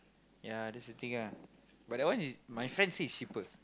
ya that's the thing ah but that one is my friend say it's cheaper